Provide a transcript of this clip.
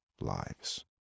lives